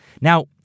Now